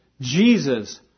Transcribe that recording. Jesus